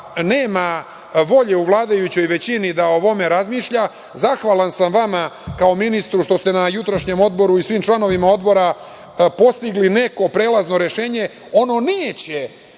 nema volje u vladajućoj većini da o ovome razmišlja. Zahvalan sam vama kao ministru što ste na jutrošnjem Odboru sa svim članovima Odbora postigli neko prelazno rešenje. Ono neće